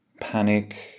Panic